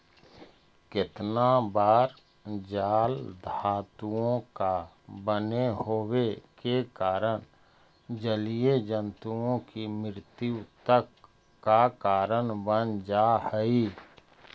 केतना बार जाल धातुओं का बने होवे के कारण जलीय जन्तुओं की मृत्यु तक का कारण बन जा हई